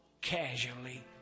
casually